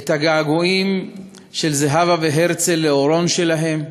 את הגעגועים של זהבה והרצל לאורון שלהם.